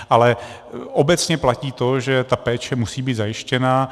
Ale obecně platí to, že ta péče musí být zajištěna.